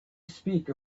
speak